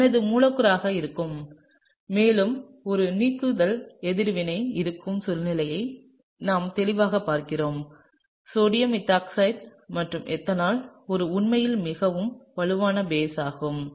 இது எனது மூலக்கூறாக இருக்கும் மேலும் ஒரு நீக்குதல் எதிர்வினை இருக்கும் சூழ்நிலையை நாம் தெளிவாகப் பார்க்கிறோம் சோடியம் மெத்தாக்ஸைடு மற்றும் எத்தனால் ஒரு உண்மையில் மிகவும் வலுவான பேஸ் ஆகும்